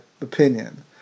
opinion